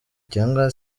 cyangwa